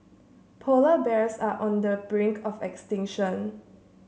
polar bears are on the brink of extinction